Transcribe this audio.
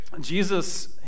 Jesus